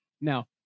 Now